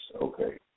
okay